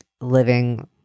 living